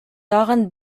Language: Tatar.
тагын